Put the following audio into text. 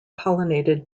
pollinated